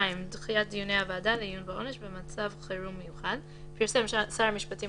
"דחיית דיוני הוועדה לעיון בעונש במצב חירום מיוחד 2. פרסם שר המשפטים